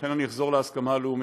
לכן אני אחזור להסכמה הלאומית,